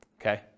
Okay